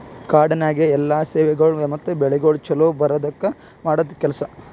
ಕಾಡನ್ಯಾಗ ಎಲ್ಲಾ ಸೇವೆಗೊಳ್ ಮತ್ತ ಬೆಳಿಗೊಳ್ ಛಲೋ ಬರದ್ಕ ಮಾಡದ್ ಕೆಲಸ